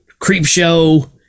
Creepshow